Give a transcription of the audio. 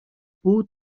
pół